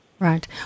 Right